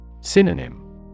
Synonym